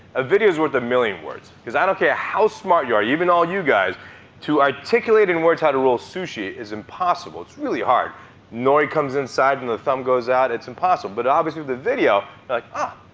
a video's worth a million words. because i don't care how smart you are even all you guys to articulate in words how to roll sushi is impossible. it's really hard. the nori comes inside and the thumb goes out it's impossible. but obviously, with a video, you're like, ah